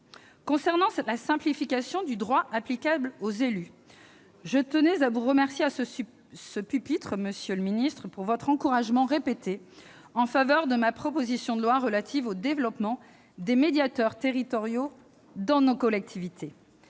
Concernant la simplification du droit applicable aux élus, je tenais à vous remercier à cette tribune, monsieur le ministre, pour votre encouragement répété en faveur de ma proposition de loi visant au développement des médiateurs territoriaux dans nos collectivités.